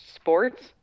sports